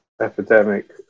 epidemic